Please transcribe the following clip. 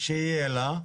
שיהיה לה.